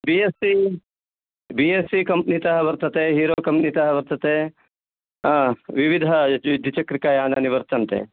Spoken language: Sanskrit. B S C B S C कम्पनीतः वर्तते हीरोकम्पनीतः वर्तते विविधद्वि द्विचक्रिकायानानि वर्तन्ते